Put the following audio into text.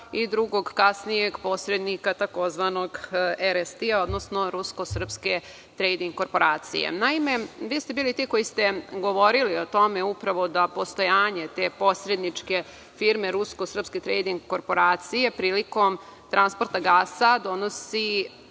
i drugog kasnijeg posrednika tzv. „RST“, odnosno „Rusko-srpske trejding“ korporacije. Naime, vi ste bili ti koji ste govorili o tome upravo da postojanje te posredničke firme „Rusko-srpske trejding“ korporacije prilikom transporta gasa, donosi,